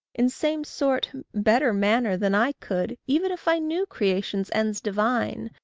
in same sort better manner than i could, even if i knew creation's ends divine,